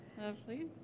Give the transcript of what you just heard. Lovely